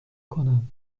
کنم